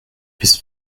this